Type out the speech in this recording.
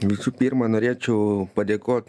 visų pirma norėčiau padėkot